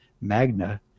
Magna